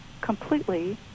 completely